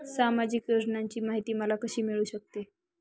सामाजिक योजनांची माहिती मला कशी मिळू शकते?